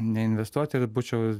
neinvestuoti ir bučiau